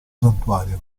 santuario